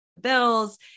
bills